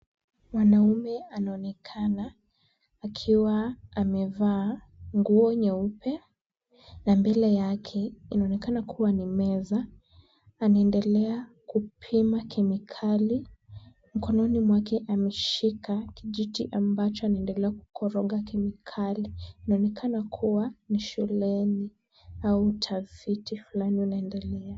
Mwanaume anaonekana akiwa amevaa nguo nyeupe na mbele yake inaonekana kuwa ni meza. Anaendelea kupima kemikali. Mkononi mwake ameshika kijiti ambacho anaendelea kukoroga kemikali. Inaonekana kuwa ni shuleni au utafiti fulani unaendelea.